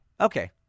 okay